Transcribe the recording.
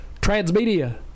Transmedia